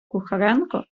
кухаренко